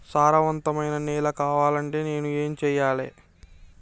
సారవంతమైన నేల కావాలంటే నేను ఏం చెయ్యాలే?